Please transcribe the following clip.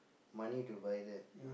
money to buy that